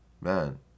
man